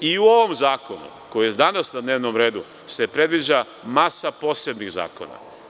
I u ovom zakonu koji je danas na dnevnom redu se predviđa masa posebnih zakona.